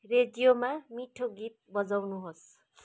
रेडियोमा मिठो गीत बजाउनुहोस्